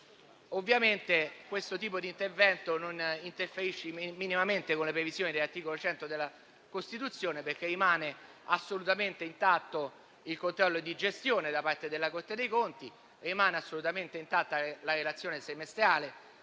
Ovviamente un tale tipo di intervento non interferisce minimamente con le previsioni dell'articolo 100 della Costituzione, perché rimane assolutamente intatto il controllo di gestione da parte della Corte dei conti; rimane assolutamente intatta la relazione semestrale